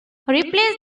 replace